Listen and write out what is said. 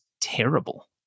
terrible